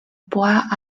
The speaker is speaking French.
bois